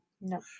No